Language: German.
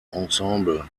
ensemble